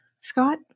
Scott